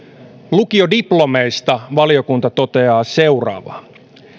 lukiodiplomeista valiokunta toteaa seuraavaa